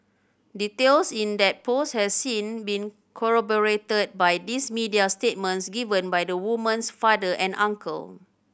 details in that post has since been corroborated by these media statements given by the woman's father and uncle